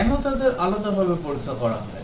কেন তাদের আলাদাভাবে পরীক্ষা করা হয়